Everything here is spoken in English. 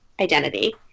identity